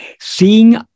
seeing